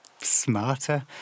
smarter